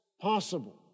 possible